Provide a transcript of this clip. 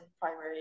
primary